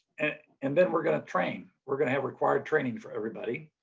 and then we're going to train. we're going to have required training for everybody.